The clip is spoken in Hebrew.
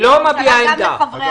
היא לא מביעה עמדה.